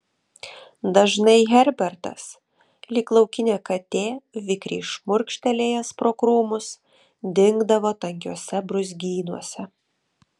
dažnai herbertas lyg laukinė katė vikriai šmurkštelėjęs pro krūmus dingdavo tankiuose brūzgynuose